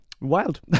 Wild